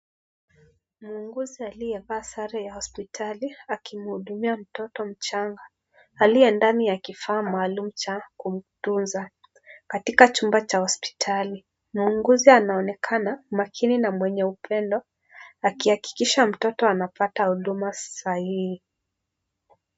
Muuguzi aliyevaa sare ya hospitali, akimuhudumia mtoto mchanga, aliye ndani ya kifaa maalum cha, kumtunza, katika chumba cha hospitali, muuguzi anaonekana, makini na mwenye upendo, akiakikisha mtoto anapata huduma sahihi.